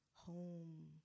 home